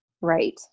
Right